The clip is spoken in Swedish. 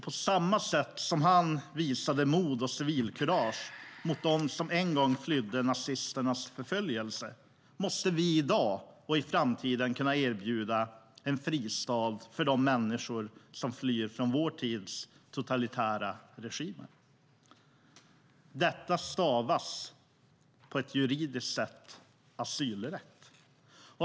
På samma sätt som han visade mod och civilkurage mot dem som en gång flydde från nazisternas förföljelse måste vi i dag och i framtiden kunna erbjuda en fristad för de människor som flyr från vår tids totalitära regimer. Detta kallas juridiskt för asylrätt.